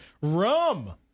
rum